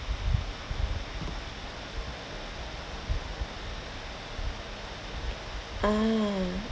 ah